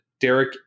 Derek